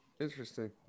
interesting